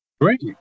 Great